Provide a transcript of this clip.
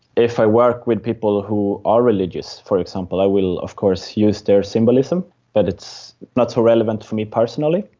if i work with people who are religious, for example, i will of course use their symbolism but it's not so relevant for me personally.